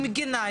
עם גינה,